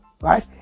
Right